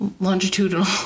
longitudinal